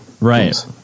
Right